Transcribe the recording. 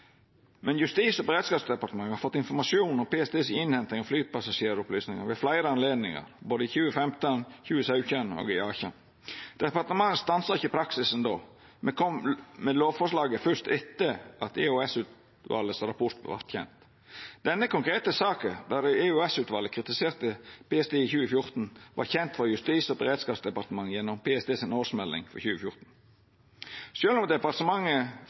Men Justis- og beredskapsdepartementet har fått informasjon om PSTs innhenting av flypassasjeropplysningar ved fleire anledningar, både i 2015, 2017 og 2018. Departementet stansa ikkje praksisen då, men kom med lovforslaget først etter at rapporten frå EOS-utvalet vart kjend. Denne konkrete saka, der EOS-utvalet kritiserte PST i 2014, var kjend for Justis- og beredskapsdepartementet gjennom PSTs årsmelding for 2014. Sjølv om departementet